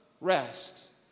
rest